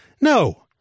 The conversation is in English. No